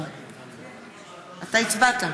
אתה הצבעת.